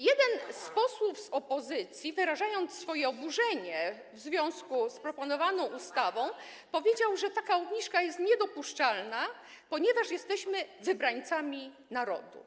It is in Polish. Jeden z posłów z opozycji, wyrażając swoje oburzenie w związku z proponowaną ustawą, powiedział, że taka obniżka jest niedopuszczalna, ponieważ jesteśmy wybrańcami narodu.